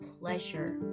pleasure